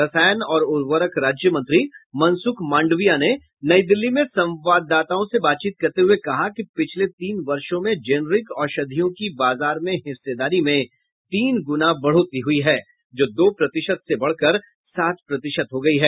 रसायन और उर्वरक राज्य मंत्री मनसुख मांडविया ने नई दिल्ली में संवाददाताओं से बातचीत करते हुये कहा कि पिछले तीन वर्षों में जेनेरिक औषधियों की बाजार में हिस्सेदारी में तीन गुना बढ़ोतरी हुई है जो दो प्रतिशत से बढ़कर सात प्रतिशत हो गई है